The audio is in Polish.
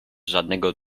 żadnego